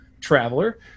Traveler